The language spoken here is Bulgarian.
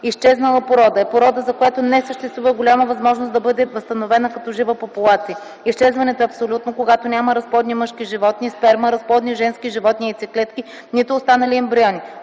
„Изчезнала порода” е порода, за която не съществува голяма възможност да бъде възстановена като жива популация. Изчезването е абсолютно, когато няма разплодни мъжки животни (сперма), разплодни женски животни (яйцеклетки), нито останали ембриони.”